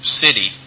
city